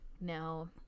now